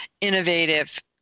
innovative